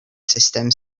sustem